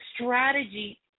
strategy